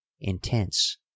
intense